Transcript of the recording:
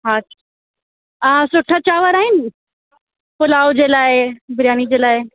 हा सुठा चांवर आहिनि पुलाव जे लाइ बिरयानी जे लाइ